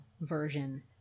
version